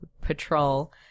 patrol